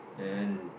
and